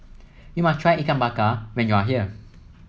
you must try Ikan Bakar when you are here